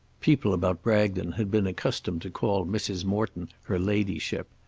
people about bragton had been accustomed to call mrs. morton her ladyship.